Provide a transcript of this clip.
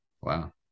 Wow